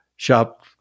Shop